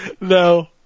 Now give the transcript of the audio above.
No